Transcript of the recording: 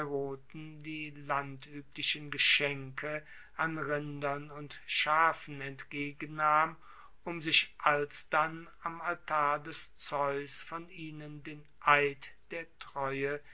die landueblichen geschenke an rindern und schafen entgegennahm um sich alsdann am altar des zeus von ihnen den eid der treue